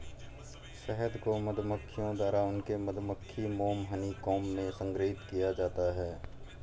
शहद को मधुमक्खियों द्वारा उनके मधुमक्खी मोम हनीकॉम्ब में संग्रहीत किया जाता है